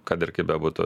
kad ir kaip bebūtų